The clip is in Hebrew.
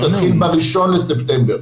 אלא תתחיל ב-1 לספטמבר,